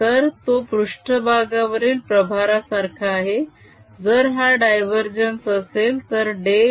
तर तो पृष्ट्भागावरील प्रभारासारखा आहे जर हा डायवरजेन्स असेल तर डेल